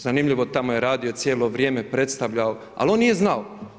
Zanimljivo, tamo je radio cijelo vrijeme, predstavljao ali on nije znao.